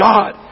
God